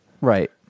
Right